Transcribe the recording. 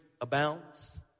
abounds